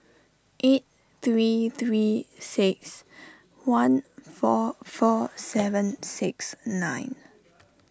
eight three three six one four four seven six nine